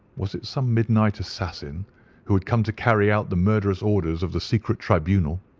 was it some midnight assassin who had come to carry out the murderous orders of the secret tribunal?